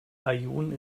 aaiún